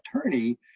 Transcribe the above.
attorney